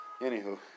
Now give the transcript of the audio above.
Anywho